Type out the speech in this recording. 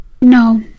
no